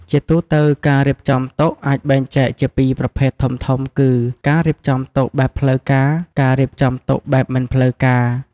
ជាទូទៅ ការរៀបចំតុអាចបែងចែកជាពីរប្រភេទធំៗគឺ ការរៀបចំតុបែបផ្លូវការ ការរៀបចំតុបែបមិនផ្លូវការ។